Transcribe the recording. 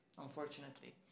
unfortunately